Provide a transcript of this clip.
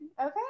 Okay